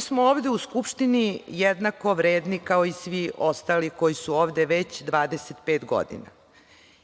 smo ovde u Skupštini jednako vredni kao i svi ostali koji su ovde već 25 godina.